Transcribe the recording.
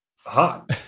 hot